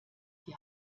die